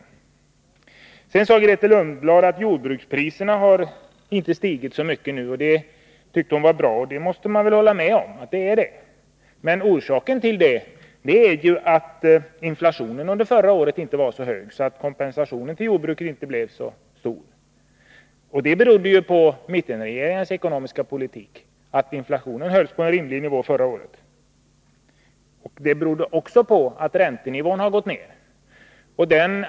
Grethe Lundblad sade också att jordbrukspriserna inte stigit så mycket nu. Det tyckte hon var bra, och det måste man väl hålla med om. Men orsaken härtill är att inflationen under förra året inte var så hög, varför kompensationen till jordbruket nu inte blev så stor. Att inflationen hölls på en rimlig nivå förra året berodde ju på mittenregeringens ekonomiska politik. Att kompensationen till jordbrukarna inte blev så stor beror på att räntenivån gått ned.